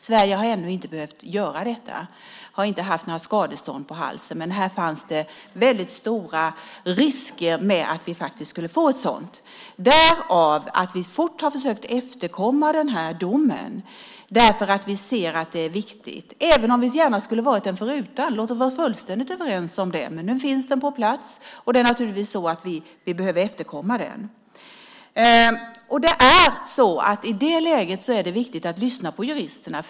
Sverige har ännu inte behövt göra detta och har inte haft några skadestånd på halsen. Men det fanns väldigt stora risker att vi skulle få ett sådant. Därav följer att vi fort har försökt att efterkomma domen. Vi ser att det är viktigt även om vi gärna skulle vara den förutan. Låt oss vara fullständigt överens om det. Men nu finns den på plats, och vi behöver efterkomma den. I det läget är det viktigt att lyssna på juristerna.